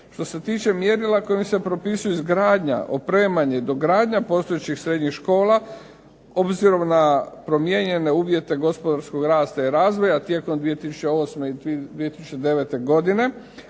Što se tiče mjerila kojim se propisuje izgradnja, opremanje, i dogradnja postojećih srednjih škola obzirom na promijenjene uvjete gospodarskog rasta i razvoja tijekom 2008. i 2009. godine,